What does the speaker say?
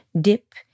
dip